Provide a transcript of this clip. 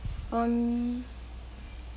um